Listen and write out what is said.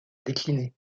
décliner